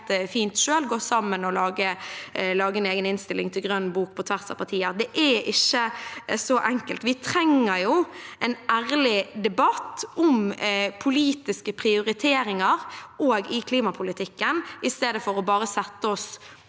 gå sammen og lage en egen innstilling til Grønn bok på tvers av partier. Det er ikke så enkelt. Vi trenger en ærlig debatt om politiske prioriteringer òg i klimapolitikken, i stedet for bare å sette oss